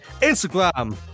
Instagram